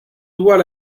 doit